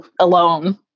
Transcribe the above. alone